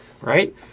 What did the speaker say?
right